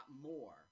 more